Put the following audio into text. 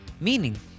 meaning